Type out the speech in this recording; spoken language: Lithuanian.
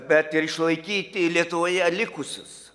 bet ir išlaikyti lietuvoje likusius